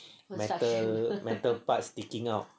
metal metal part sticking out